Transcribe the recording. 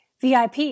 VIP